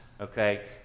okay